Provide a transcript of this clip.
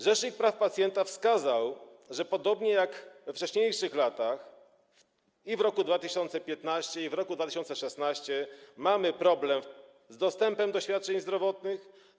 Rzecznik praw pacjenta wskazał, że podobnie jak we wcześniejszych latach i w roku 2015, i w roku 2016 mieliśmy problem z dostępem do świadczeń zdrowotnych.